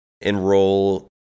enroll